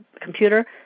computer